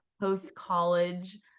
post-college